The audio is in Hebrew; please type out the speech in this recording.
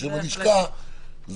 בשם הלשכה,